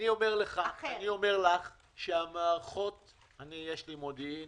יש לי מודיעין,